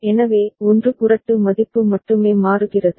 எனவே 1 புரட்டு மதிப்பு மட்டுமே மாறுகிறது